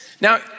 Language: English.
Now